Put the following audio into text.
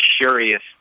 curious